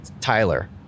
Tyler